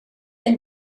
and